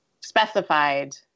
specified